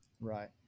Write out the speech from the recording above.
Right